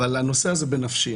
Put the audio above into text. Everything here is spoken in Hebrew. אבל הנושא הזה הוא בנפשי.